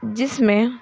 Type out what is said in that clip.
जिसमें